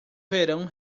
verão